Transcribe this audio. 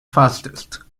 fastest